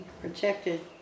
protected